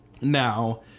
Now